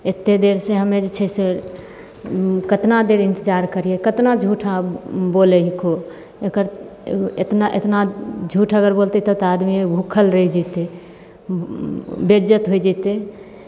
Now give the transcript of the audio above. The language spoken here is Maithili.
एते देर से हमे जे छै से कतना देर इंतजार करियै कतना झूठा बोलै हकू एकर एतना एतना झूठ अगर बोलतै तब तऽ आदमी भूखल रहि जेतै बेज्जैत होइ जेतै